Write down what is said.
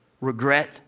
regret